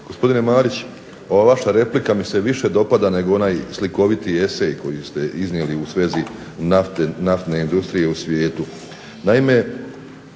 Gospodine Marić, ova vaša replika mi se više dopada nego onaj slikoviti esej koji ste iznijeli u svezi nafte, naftne industrije u svijetu.